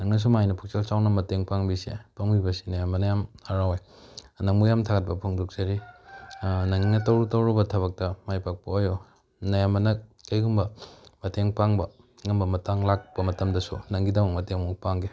ꯅꯪꯅ ꯁꯨꯃꯥꯏꯅ ꯄꯨꯛꯆꯦꯜ ꯆꯥꯎꯅ ꯃꯇꯦꯡ ꯄꯥꯡꯂꯤꯁꯦ ꯄꯥꯡꯕꯤꯕꯁꯦ ꯅꯌꯥꯝꯕꯅ ꯌꯥꯝ ꯍꯔꯥꯎꯋꯦ ꯅꯪꯕꯨ ꯌꯥꯝ ꯊꯥꯒꯠꯄ ꯐꯣꯡꯗꯣꯛꯆꯔꯤ ꯅꯪꯅ ꯇꯧꯔꯨ ꯇꯧꯔꯨꯕ ꯊꯕꯛꯇ ꯃꯥꯏ ꯄꯥꯛꯄ ꯑꯣꯏꯌꯣ ꯅꯌꯥꯝꯕꯅ ꯀꯩꯒꯨꯝꯕ ꯃꯇꯦꯡ ꯄꯥꯡꯕ ꯉꯝꯕ ꯃꯇꯥꯡ ꯂꯥꯛꯄ ꯃꯇꯝꯗꯁꯨ ꯅꯪꯒꯤꯗꯃꯛ ꯃꯇꯦꯡ ꯑꯃꯨꯛ ꯄꯥꯡꯒꯦ